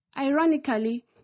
Ironically